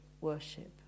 worship